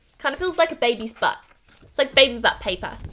kinda feels like a baby's butt. it's like baby butt paper.